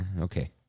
okay